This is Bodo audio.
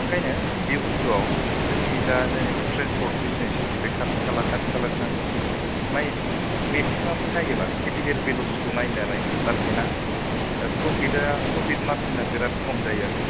ओंखायनो बे बुस्थुआव जोंनि दा जायनाखि ट्रानस्पर्ट बिजनेसआ बे खाथि खाला खाथि खाला बिसिबां नाय मेक्सिमामलि नायोबा केपिटेल भेलुसखौ नायनानै आरखि ना प्रफिटआ प्रफिट मार्जिना बिराथ खम जायो आरखि